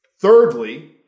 Thirdly